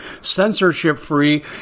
censorship-free